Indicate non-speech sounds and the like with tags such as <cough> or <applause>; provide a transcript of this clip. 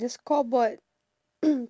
the scoreboard <coughs>